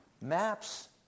Maps